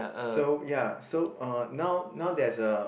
so ya so uh now now there's a